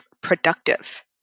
productive